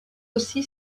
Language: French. aussi